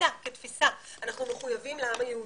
כתפיסה אנחנו מחויבים לעם היהודי.